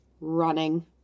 running